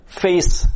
face